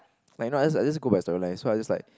like you know I just I just go by story line so I just like